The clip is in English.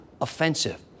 offensive